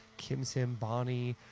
kimsim, bonnie,